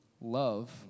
love